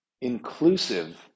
inclusive